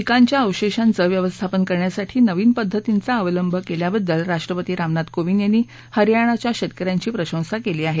पिकांच्या अवशेषांचं व्यवस्थापन करण्यासाठी नवीन पद्धतीचा अवलंब केल्याबद्दल राष्ट्रपती रामनाथ कोविंद यांनी हरियाणाच्या शेतक यांची प्रशंसा केली आहे